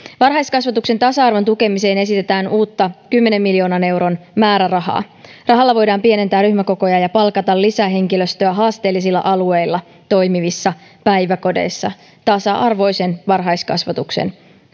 varhaiskasvatuksen tasa arvon tukemiseen esitetään uutta kymmenen miljoonan euron määrärahaa rahalla voidaan pienentää ryhmäkokoja ja palkata lisähenkilöstöä haasteellisilla alueilla toimivissa päiväkodeissa tasa arvoisen varhaiskasvatuksen